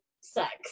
sex